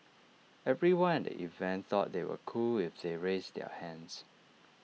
everyone at the event thought they were cool if they raised their hands